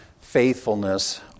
faithfulness